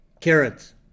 carrots